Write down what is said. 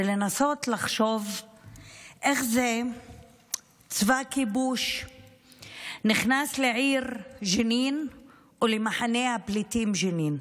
לנסות לחשוב איך זה כשצבא כיבוש נכנס לעיר ג'נין ולמחנה הפליטים ג'נין.